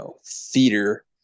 theater